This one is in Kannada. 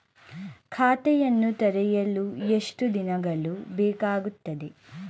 ಖಾತೆಯನ್ನು ತೆರೆಯಲು ಎಷ್ಟು ದಿನಗಳು ಬೇಕಾಗುತ್ತದೆ?